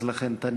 אז לכן טעיתי.